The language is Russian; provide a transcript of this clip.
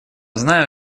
знаю